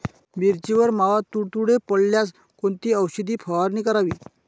मिरचीवर मावा, तुडतुडे पडल्यास कोणती औषध फवारणी करावी?